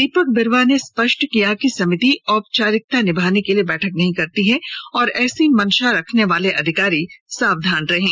दीपक बिरूआ ने स्पष्ट किया कि समिति औपचारिकता निभाने के लिए बैठक नहीं करती है और ऐसी मंशा रखने वाले अधिकारी सावधान हो जाएं